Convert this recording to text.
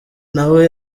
nawe